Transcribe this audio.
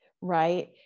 right